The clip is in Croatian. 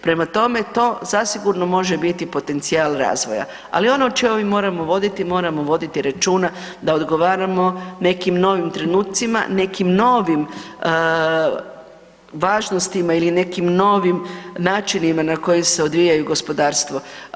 Prema tome to zasigurno može biti potencijal razvoja, ali ono o čemu mi moramo voditi, moramo voditi računa da odgovaramo nekim novim trenucima, nekim novim važnostima ili nekim novim načinima na koje se odvijaju gospodarstvo.